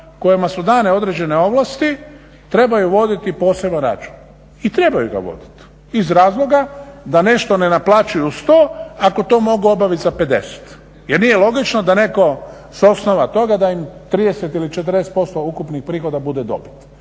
kojima su dane određene ovlasti trebaju voditi poseban račun i trebaju ga voditi iz razloga da nešto ne naplaćuju 100 ako to mogu obaviti za 50 jer nije logično da netko s osnova toga da im 30 ili 40% ukupnih prihoda bude dobit.